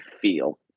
feel